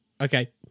Okay